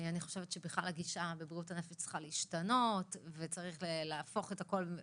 אני חושבת שהגישה בבריאות הנפש צריכה להשתנות וצריך להפוך את הכול,